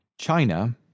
China